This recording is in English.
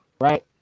Right